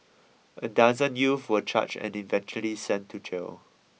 a dozen youth were charged and eventually sent to jail